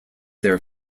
their